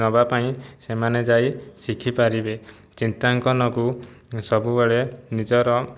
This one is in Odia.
ନେବା ପାଇଁ ସେମାନେ ଯାଇ ଶିଖିପାରିବେ ଚିତ୍ରାଙ୍କନକୁ ସବୁବେଳେ ନିଜର